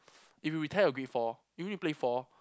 if you retire your grade four you need to play four